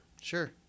Sure